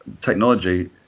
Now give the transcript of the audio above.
technology